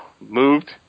moved